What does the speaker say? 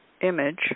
image